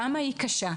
כמה היא קשה,